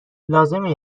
لازمه